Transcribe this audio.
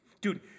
dude